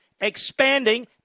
expanding